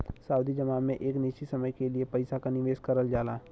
सावधि जमा में एक निश्चित समय के लिए पइसा क निवेश करल जाला